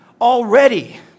already